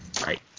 right